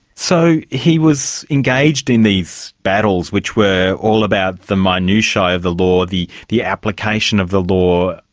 so he was engaged in these battles which were all about the minutiae of the law, the the application of the law,